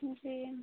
जी